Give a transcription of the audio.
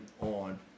on